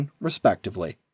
respectively